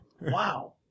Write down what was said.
Wow